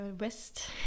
west